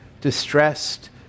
distressed